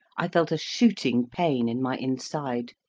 i felt a shooting pain in my inside,